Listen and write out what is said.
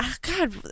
God